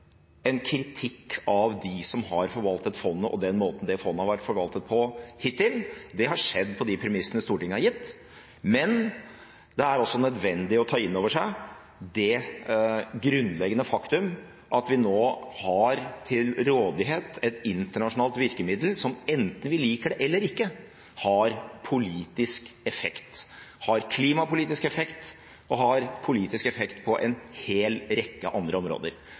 en kritikk av dem som har forvaltet fondet og den måten fondet har vært forvaltet på hittil – det har skjedd på de premissene Stortinget har gitt. Men det er nødvendig å ta inn over seg det grunnleggende faktum at vi nå har til rådighet et internasjonalt virkemiddel som enten vi liker det eller ikke, har politisk effekt, har klimapolitisk effekt og har politisk effekt på en hel rekke andre områder.